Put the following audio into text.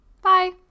Bye